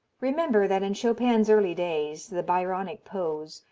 remember that in chopin's early days the byronic pose,